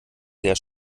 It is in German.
sehr